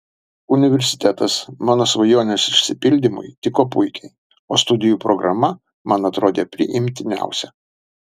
universitetas mano svajonės išsipildymui tiko puikiai o studijų programa man atrodė priimtiniausia